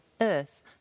Earth